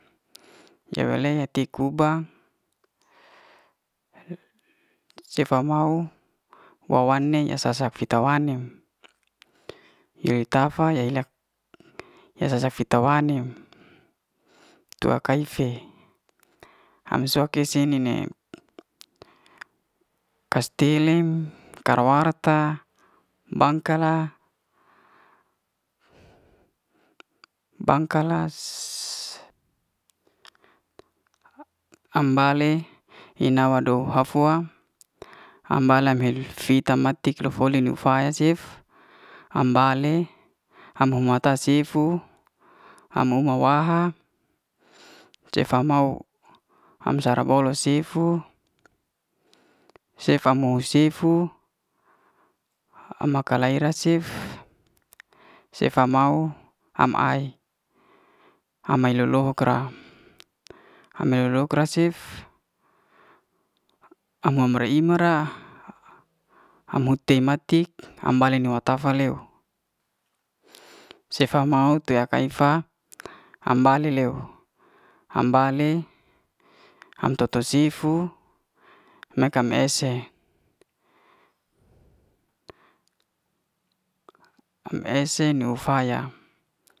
Ye we'le ya tikuba sefa mau wa- wane sefa ita wanem yoi, tafa yailak ya yasa fita wanem tua kaife am soko sei'nime kaste lem kar'warta bangka la bangka la, am bale hi nawa do'ha fua am bala hel fita matik lo'foly ne faya cef am bale, am mutafa sifu am uma waha sefa mau am sara bol'loh sifu, sefa mo sifu am kalai'ra cef sefa mau am ai am mae lo'lohok kra. am mae lo'lohok krai cef ama mai im'bra am hute matik am bale wa tafa leu sefa mau tei'faka iva am bale leu ham bale am toto sifu ya kam ese am ese niuw faya.